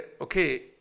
okay